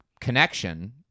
connection